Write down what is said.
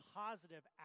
positive